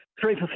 Three